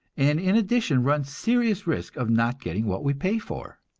and in addition run serious risk of not getting what we pay for?